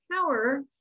power